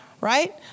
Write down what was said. Right